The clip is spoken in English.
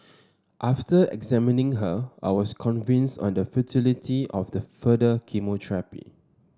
after examining her I was convinced of the futility of further chemotherapy